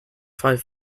five